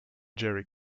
jerry